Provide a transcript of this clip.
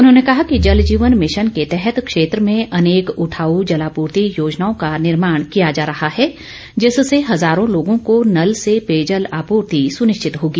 उन्होंने कहा कि जल जीवन मिशन के तहत क्षेत्र में अनेक उठाऊ जलापूर्ति योजनाओं का निर्मोण किया जा रहा है जिससे हजारों लोगों को नल से पेयजल आपूर्ति सुनिश्चित होगी